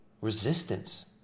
Resistance